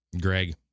Greg